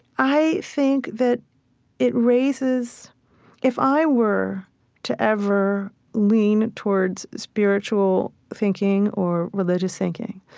i think that it raises if i were to ever lean towards spiritual thinking or religious thinking,